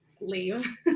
leave